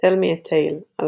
Tell Me a Tale - 2013